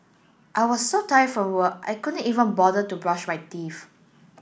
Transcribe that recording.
I was so tired from work I could not even bother to brush my teeth